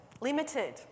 limited